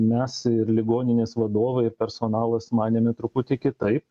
mes ir ligoninės vadovai personalas manėme truputį kitaip